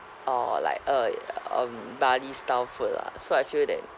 or like a um bali style food lah so I feel that